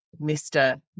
Mr